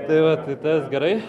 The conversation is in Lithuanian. tai va tai tas gerai